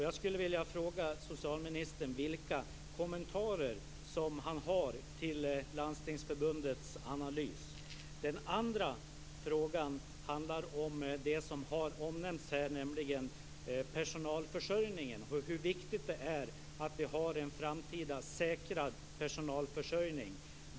Jag skulle först vilja fråga socialministern vilka kommentarer han har till Landstingsförbundets analys. Min andra fråga handlar om det som har omnämnts här, nämligen personalförsörjningen. Det är viktigt att vi har en säkrad framtida personalförsörjning.